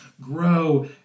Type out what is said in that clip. grow